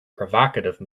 provocative